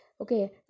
okay